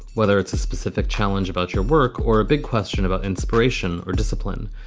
whether it's a specific challenge about your work or a big question about inspiration or discipline,